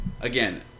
again